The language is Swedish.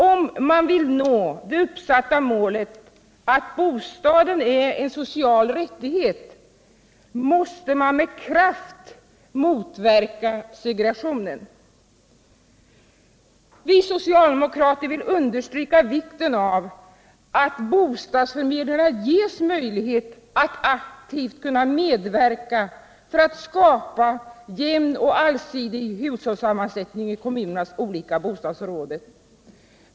Om man vill nå det uppsatta målet att bostaden är en social rättighet måste man med kraft motverka segregationen. Vi socialdemokrater vill understryka vikten av att bostadsförmedlingarna ges möjlighet att aktivt medverka för att skapa jämn och allsidig hushållssammansättning | kommunernas olika bostadsområden.